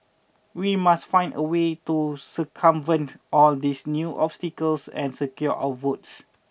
we must find a way to circumvent all these new obstacles and secure our votes